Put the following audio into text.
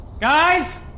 Guys